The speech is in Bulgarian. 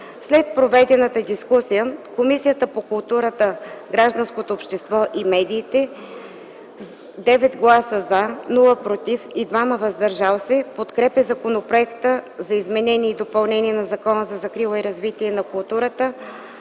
След проведената дискусия Комисията по културата, гражданското общество и медиите с 9 гласа „за”, без „против” и 2 „въздържали се” подкрепя Законопроекта за изменение и допълнение на Закона за закрила и развитие на културата,